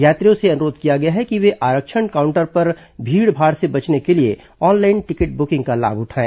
यात्रियों से अनुरोध किया गया है कि वे आरक्षण काउंटर पर भीड़भाड़ से बचने के लिए अॉनलाइन टिकट बुकिंग का लाभ उठायें